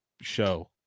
show